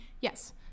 Yes